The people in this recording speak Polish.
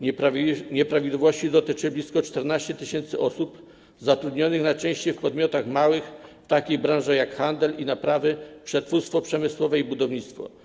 Nieprawidłowości dotyczą blisko 14 tys. osób zatrudnionych najczęściej w małych podmiotach, w takich branżach jak handel i naprawy, przetwórstwo przemysłowe i budownictwo.